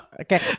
Okay